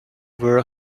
were